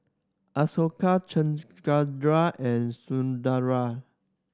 Ashoka Chengara and Sundaraiah